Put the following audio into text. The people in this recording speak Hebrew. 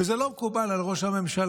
וזה לא מקובל על ראש הממשלה,